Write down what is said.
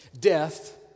Death